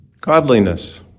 Godliness